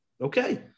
Okay